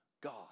God